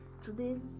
today's